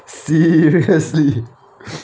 seriously